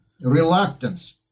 reluctance